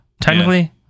Technically